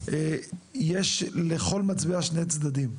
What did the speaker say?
יש לכל מטבע שני צדדים,